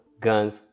guns